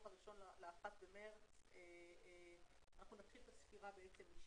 הראשון ל-1 במרס נתחיל את הספירה משם,